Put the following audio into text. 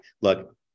look